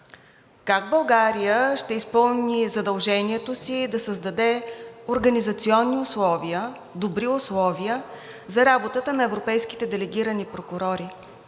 как България ще изпълни задължението си да създаде организационни условия, добри условия за работата на европейските делегирани прокурори.